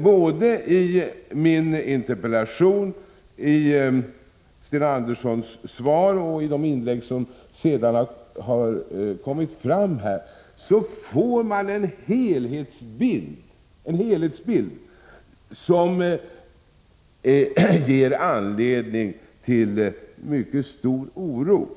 både i min interpellation, i Sten Anderssons svar och i de inlägg som senare har gjorts, får man en helhetsbild som ger anledning till mycket stor oro.